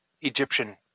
egyptian